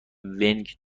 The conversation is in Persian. ونگ